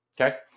okay